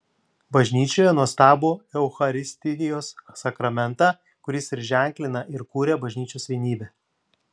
bažnyčioje nuostabų eucharistijos sakramentą kuris ir ženklina ir kuria bažnyčios vienybę